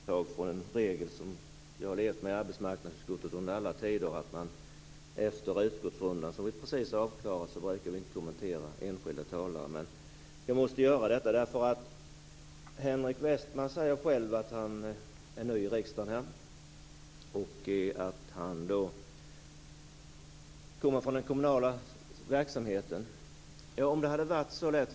Herr talman! Jag tänker göra ett undantag från en regel som vi har levt med i arbetsmarknadsutskottet i alla tider, nämligen att vi efter utskottsrundan, som vi precis har klarat av, inte brukar kommentera enskilda talare. Jag måste ändå göra detta nu. Henrik Westman säger ju själv att han är ny i riksdagen och att han kommer från den kommunala verksamheten. Det här är inte så lätt.